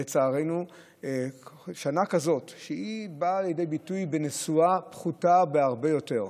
לצערנו זה בשנה כזאת שבאה לידי ביטוי בנסועה פחותה הרבה יותר,